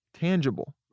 tangible